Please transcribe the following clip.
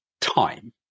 time